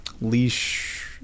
leash